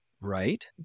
Right